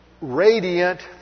radiant